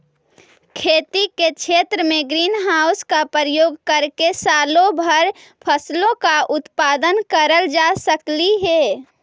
खेती के क्षेत्र में ग्रीन हाउस का प्रयोग करके सालों भर फसलों का उत्पादन करल जा सकलई हे